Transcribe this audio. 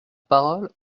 parole